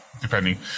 depending